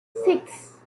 six